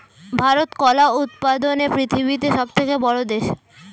ভারত কলা উৎপাদনে পৃথিবীতে সবথেকে বড়ো দেশ